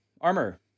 Armor